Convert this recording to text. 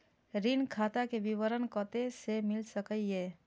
ऋण खाता के विवरण कते से मिल सकै ये?